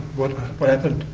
what what happened?